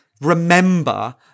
remember